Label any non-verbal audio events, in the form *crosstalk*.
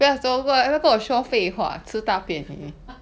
*laughs*